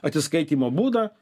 atsiskaitymo būdą